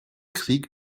krieg